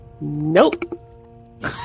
Nope